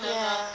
ya